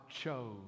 chose